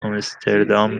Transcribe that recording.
آمستردام